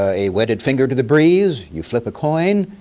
ah a wetted finger to the breeze, you flip a coin?